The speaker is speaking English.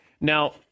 Now